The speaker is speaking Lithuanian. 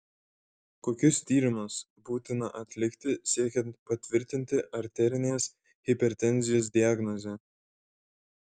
kokius tyrimus būtina atlikti siekiant patvirtinti arterinės hipertenzijos diagnozę